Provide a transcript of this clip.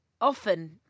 often